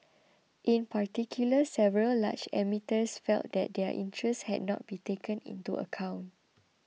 in particular several large emitters felt that their interests had not been taken into account